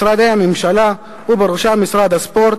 משרדי הממשלה ובראשם משרד הספורט,